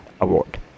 award